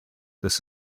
this